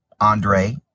Andre